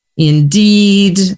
Indeed